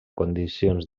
condicions